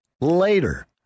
later